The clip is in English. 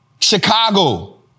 Chicago